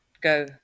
go